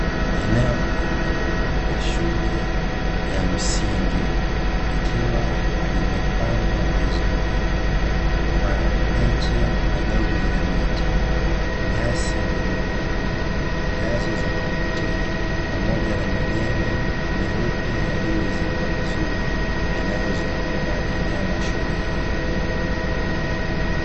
Eneo la nje la shule ya msingi, likiwa limepambwa vizuri kwa miche midogo ya miti, nyasi ndogondogo, ngazi za kuvutia pamoja na majengo meupe yaliyoezekwa vizuri, yanayoizunguka eneo la shule hiyo.